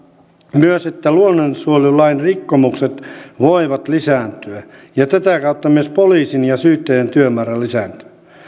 myös että luonnonsuojelulain rikkomukset voivat lisääntyä ja tätä kautta myös poliisin ja syyttäjän työmäärä lisääntyy